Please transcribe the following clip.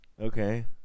Okay